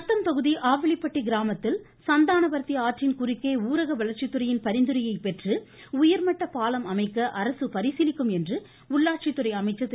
நத்தம் தொகுதி ஆவிளிபட்டி கிராமத்தில் சந்தானவர்த்தி ஆற்றின் குறுக்கே ஊரக வளர்ச்சித்துறையின் பரிந்துரையை பெற்று உயர்மட்ட பாலம் அமைக்க அரசு பரிசீலிக்கும் என்று உள்ளாட்சித்துறை அமைச்சர் திரு